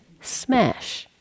smash